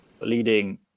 leading